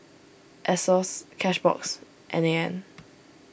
Asos Cashbox N A N